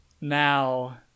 Now